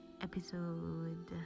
episode